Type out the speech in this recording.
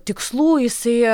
tikslų jisai